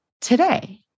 today